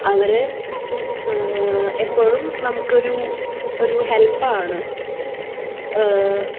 അവർ എപ്പോഴും നമുക്കൊരു ഒരു ഹെല്പ്പ് ആണ്